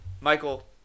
Michael